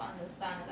understand